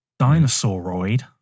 Dinosauroid